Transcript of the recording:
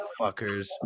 fuckers